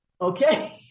Okay